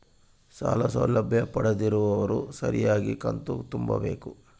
ಸಾಲ ಸೌಲಭ್ಯ ಪಡೆದಿರುವವರು ಸರಿಯಾಗಿ ಕಂತು ತುಂಬಬೇಕು?